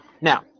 Now